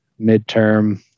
midterm